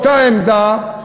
אותה עמדה,